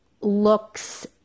looks